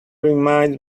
reminds